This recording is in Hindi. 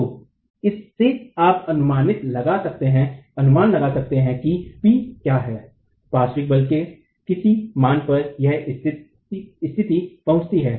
तो इससे आप अनुमान लगा सकते हैं कि P क्या है पार्श्विक बल के किस मान पर यह स्थिति पहुंची है